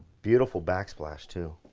beautiful backs-plash too,